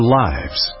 lives